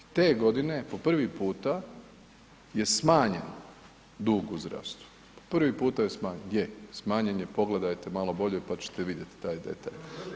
Te godine, po prvi puta je smanjen dug u zdravstvu, prvi puta je smanjen, je, smanjen je, pogledajte malo bolje pa ćete vidjeti taj detalj.